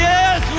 Yes